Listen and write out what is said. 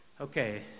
okay